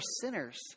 sinners